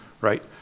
right